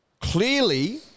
clearly